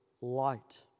light